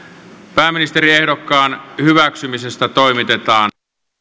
pääministeriehdokkaan hyväksymisestä toimitetaan